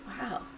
wow